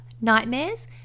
nightmares